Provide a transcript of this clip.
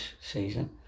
season